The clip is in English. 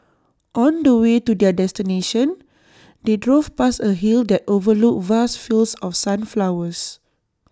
on the way to their destination they drove past A hill that overlooked vast fields of sunflowers